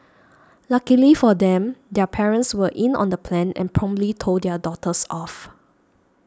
luckily for them their parents were in on the plan and promptly told their daughters off